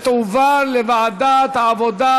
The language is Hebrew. ותועבר לוועדת העבודה,